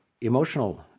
emotional